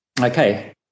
Okay